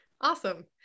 Awesome